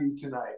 tonight